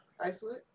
Isolate